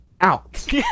out